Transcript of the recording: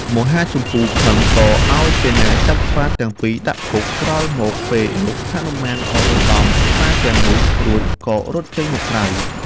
មហាជម្ពូខឹង ក៏ឱ្យសេនាចាប់ស្វាទាំងពីរដាក់គុក ក្រោយមកពេលយប់ហនុមានក៏សណ្តំស្វាទាំងនោះ រួចក៏រត់ចេញមកក្រៅ។